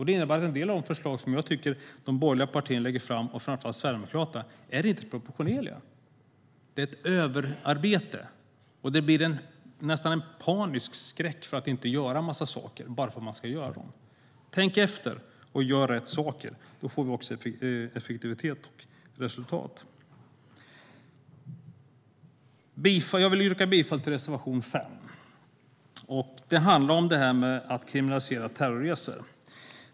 Det innebär att en del av de förslag som de borgerliga partierna och framför allt Sverigedemokraterna lägger fram är inte proportionerliga. Det är ett överarbete och en nästan panisk skräck för att inte göra en massa saker. Om man tänker efter och gör rätt saker blir det också effektivitet och resultat. Jag vill yrka bifall till reservation 5. Den handlar om detta med att kriminalisera terrorresor.